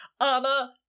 Anna